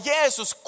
Jesus